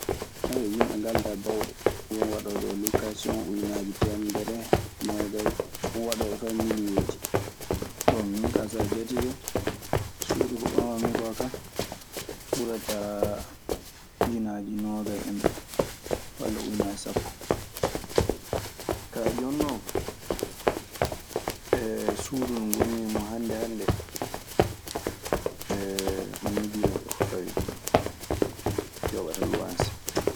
yimɓe galda bawde, won wadoɓe lokation ujunaji temedere, nogaye, wongadoɓe feyi milioji. Bon, min kaa so a jatike suudu ko ɓamammi koo; kaa ɓurrataa ujunnaaji noogay en, du walla ujunnaaji sappo. Kañum ɗoon, suudu ndu ngon mi mun hannde hannde, miliyoŋ e ko fawi yoɓata luwanse.